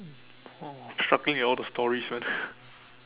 struggling with all the stories one